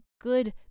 good